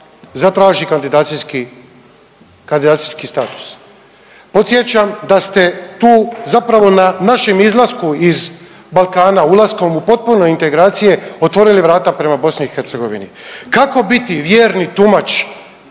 zatraži kandidacijski status. Podsjećam da ste tu zapravo na našem izlasku iz Balkana, ulaskom u potpune integracije, otvorili vrata prema BiH. Kako biti vjerni tumač